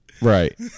Right